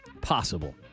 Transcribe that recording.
Possible